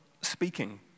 speaking